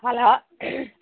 hello